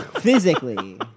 physically